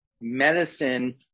medicine